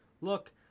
look